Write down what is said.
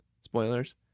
Spoilers